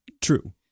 True